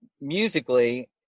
musically